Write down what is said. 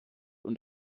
und